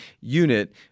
unit